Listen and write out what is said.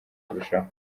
kurushaho